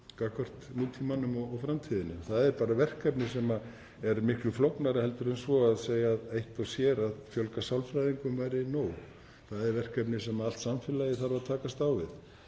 gagnvart nútímanum og framtíðinni. Það er bara verkefni sem er miklu flóknara en svo að hægt sé að segja að það eitt og sér að fjölga sálfræðingum væri nóg. Það er verkefni sem allt samfélagið þarf að takast á við